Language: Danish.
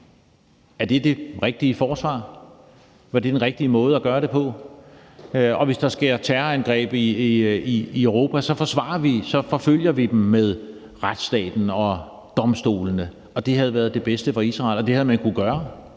Er det det rigtige forsvar? Var det den rigtige måde at gøre det på? Hvis der sker terrorangreb i Europa, forsvarer vi os og forfølger dem med retsstaten og domstolene. Det havde været det bedste for Israel, og det havde man kunnet gøre